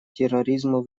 терроризму